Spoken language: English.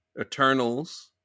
Eternals